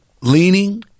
leaning